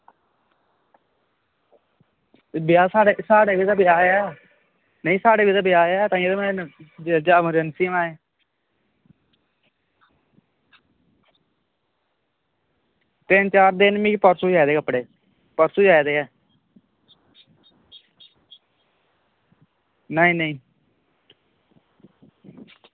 ब्याह् साढ़े गै घर ब्याह् ऐ नेंई साढ़े गै ब्याह् ऐ तां गै अमरजैंसी ऐ तिन्न चार दिन मिगी परसों चाही दे कपड़े परसों चेही दे ऐं नेंई नेंई